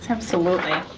so absolutely.